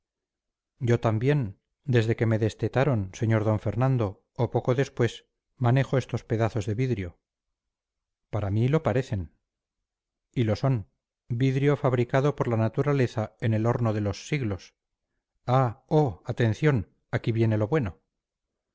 yo también desde que me destetaron sr d fernando o poco después manejo estos pedazos de vidrio para mí lo parecen y lo son vidrio fabricado por la naturaleza en el horno de los siglos ah oh atención aquí viene lo bueno